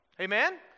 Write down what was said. Amen